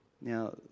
Now